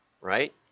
right